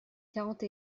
quarante